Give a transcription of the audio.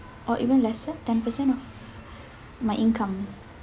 or even lesser ten percent of my income